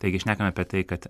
taigi šnekam apie tai kad